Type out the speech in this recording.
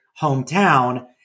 hometown